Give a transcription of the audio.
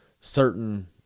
certain